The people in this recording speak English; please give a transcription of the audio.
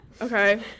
Okay